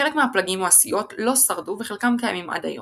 חלק מהפלגים או הסיעות לא שרדו וחלקם קיימים עד היום.